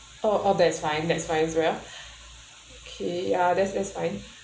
oh oh that's fine that's fine as well okay ya that's that's fine